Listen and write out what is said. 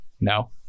No